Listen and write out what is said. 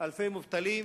אלפי מובטלים.